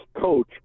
coach